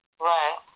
Right